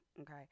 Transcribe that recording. Okay